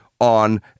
on